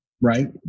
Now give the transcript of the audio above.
right